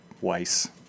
Weiss